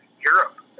Europe